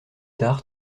tard